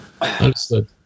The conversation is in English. Understood